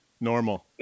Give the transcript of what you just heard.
Normal